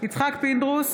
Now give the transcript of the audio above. יצחק פינדרוס,